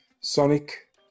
Sonic